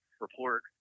report